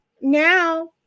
now